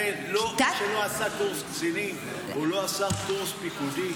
מי שלא עשה קורס קצינים או לא עשה קורס פיקודי,